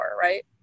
right